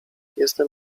jestem